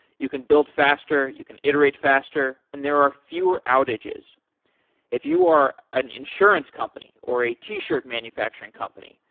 you can build faster, you can iterate faster, and there are fewer outages if you are an insurance company or a t-shirt manufacturing company,